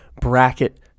bracket